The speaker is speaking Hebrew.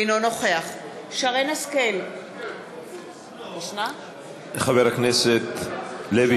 אינו נוכח חבר הכנסת לוי,